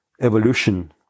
evolution